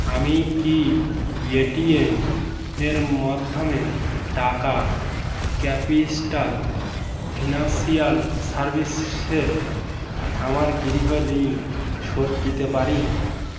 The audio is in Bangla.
আমি কি এটিএম এর মাধ্যমে টাকা ক্যাপিটাল ফিনান্সিয়াল সার্ভিসে সেট আমার গৃহ ঋণ শোধ দিতে পারি